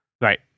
Right